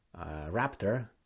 Raptor